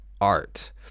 art